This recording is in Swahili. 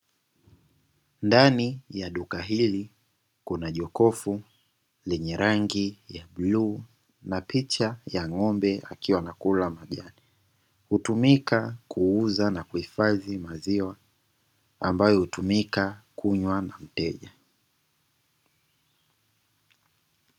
Ndani ya duka hili kuna jokofu lenye rangi ya bluu na picha ya ng'ombe akiwa anakula majani. Hutumika kuuza na kuhifadhi maziwa, ambayo hutumika kunywa na mteja.